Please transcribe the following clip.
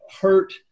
hurt